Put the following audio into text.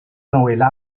novela